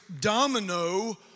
domino